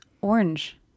orange